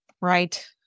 Right